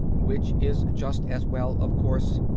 which is just as well, of course.